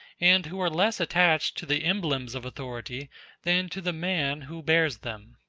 and who are less attached to the emblems of authority than to the man who bears them.